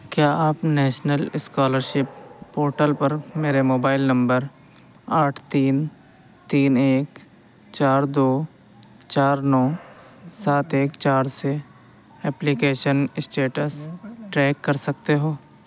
کیا آپ national scholarship portal پر میرے موبائل نمبر آٹھ تین تین ایک چار دو چار نو سات ایک چار سے اپلکیشن اسٹیٹس ٹریک کر سکتے ہو